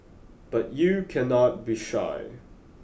but you cannot be shy